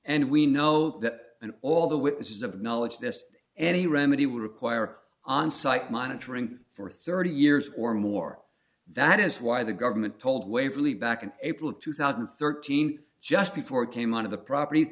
and we know that and all the witnesses of knowledge this any remedy would require onsite monitoring for thirty years or more that is why the government told waverley back in april of two thousand and thirteen just before it came out of the property